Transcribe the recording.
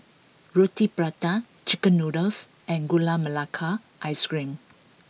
Roti Prata Chicken Noodles and Gula Melaka Ice Cream